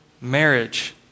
marriage